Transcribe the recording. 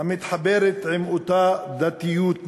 המתחברת עם אותה דתיות מזויפת.